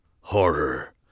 horror